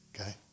Okay